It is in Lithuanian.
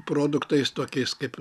produktais tokiais kaip